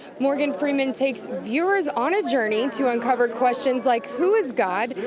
morgan freeman takes viewers on a journey to uncover questions like, who is god?